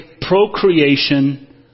procreation